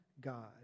God